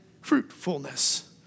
fruitfulness